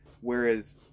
Whereas